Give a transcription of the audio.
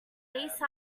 lace